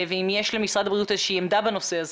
האם יש למשרד הבריאות איזושהי עמדה בנושא הזה?